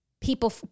people